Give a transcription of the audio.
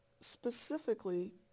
specifically